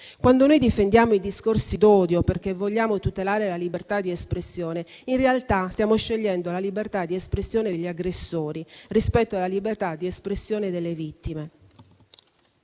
quando noi difendiamo i discorsi d'odio perché vogliamo tutelare la libertà di espressione, in realtà stiamo scegliendo la libertà di espressione degli aggressori rispetto alla libertà di espressione delle vittime».